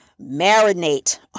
marinate